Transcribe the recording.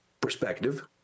perspective